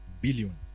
billion